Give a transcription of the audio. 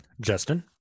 justin